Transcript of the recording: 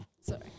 Sorry